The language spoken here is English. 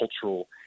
cultural